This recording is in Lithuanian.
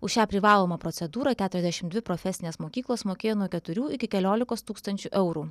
už šią privalomą procedūrą keturiasdešim dvi profesinės mokyklos mokėjo nuo keturių iki keliolikos tūkstančių eurų